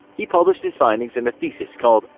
he published his findings in a thesis called,